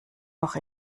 noch